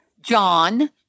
John